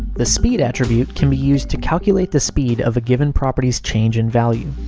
the speed attribute can be used to calculate the speed of a given property's change in value.